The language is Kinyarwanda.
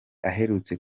aherutse